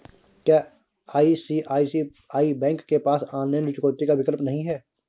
क्या ICICI bank के पास ऑनलाइन ऋण चुकौती का विकल्प नहीं है?